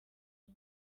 ubu